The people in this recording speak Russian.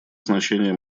значение